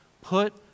Put